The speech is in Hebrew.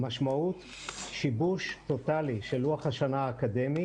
המשמעות היא שיבוש טוטאלי של לוח השנה האקדמי,